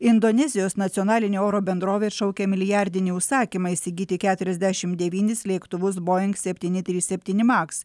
indonezijos nacionalinė oro bendrovė atšaukė milijardinį užsakymą įsigyti keturiasdešim devynis lėktuvus boeing septyni trys septyni maks